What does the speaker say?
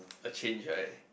a change right